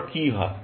তারপর কি হয়